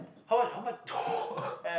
how much how much